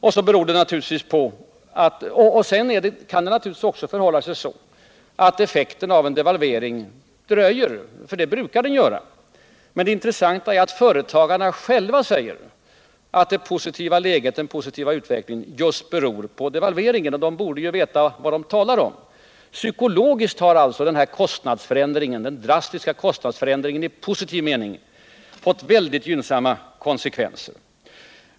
Vidare kan det naturligtvis förhålla sig så, att effekten av en devalvering dröjer — det brukar den göra. Men det intressanta är att företagarna själva säger att den positiva utvecklingen just beror på devalveringen, och de borde veta vad de talar om. Psykologiskt har alltså den i positiv mening drastiska kostnadsförändringen fått mycket gynnsamma konsekvenser.